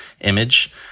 image